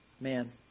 man